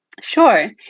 Sure